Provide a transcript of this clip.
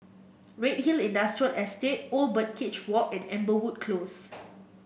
Redhill Industrial Estate Old Birdcage Walk and Amberwood Close